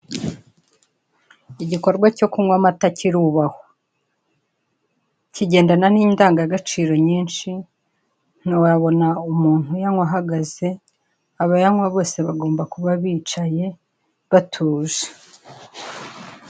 Igikorwa cyo kunywa amata kirubahwa, kigendana n'indangagaciro nyinshi, ntiwabona umuntu uyanywa ahagaze, abayanywa bose bagomba kuba bicaye batuje.